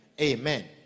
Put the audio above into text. Amen